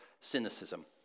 cynicism